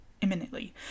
imminently